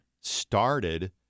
started